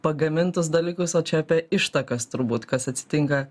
pagamintus dalykus o čia apie ištakas turbūt kas atsitinka